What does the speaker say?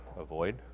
avoid